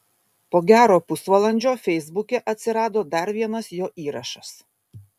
po gero pusvalandžio feisbuke atsirado dar vienas jo įrašas